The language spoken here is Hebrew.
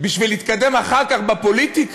בשביל להתקדם אחר כך בפוליטיקה.